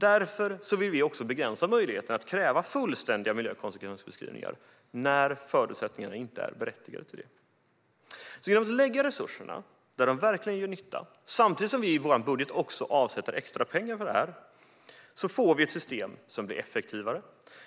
Därför vill vi begränsa möjligheterna att kräva fullständiga miljökonsekvensbeskrivningar när det inte är berättigat. Genom att lägga resurserna där de verkligen gör nytta - i vår budget avsätter vi extra pengar för detta - får vi ett effektivare system,